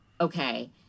Okay